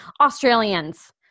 Australians